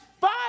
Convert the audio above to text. five